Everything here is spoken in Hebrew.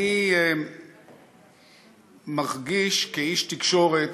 אני מרגיש, כאיש תקשורת